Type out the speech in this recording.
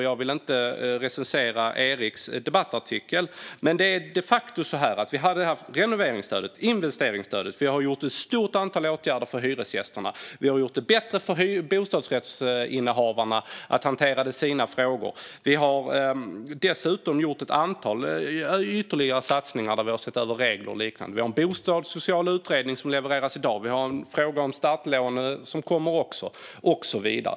Jag vill inte recensera Eriks debattartikel, men det är de facto så att vi hade haft renoveringsstödet och investeringsstödet. Vi har gjort ett stort antal åtgärder för hyresgästerna, vi har gjort det bättre för bostadsrättsinnehavarna att hantera sina frågor och vi har dessutom gjort ett antal ytterligare satsningar där vi har sett över regler och liknande. Vi har en bostadssocial utredning som levereras i dag, vi har en fråga om startlån som kommer och så vidare.